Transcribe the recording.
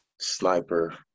sniper